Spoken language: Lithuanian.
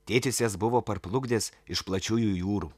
tėtis jas buvo parplukdęs iš plačiųjų jūrų